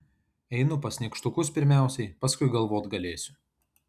einu pas nykštukus pirmiausiai paskui galvot galėsiu